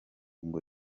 ngo